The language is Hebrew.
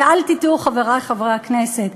ואל תטעו, חברי חברי הכנסת,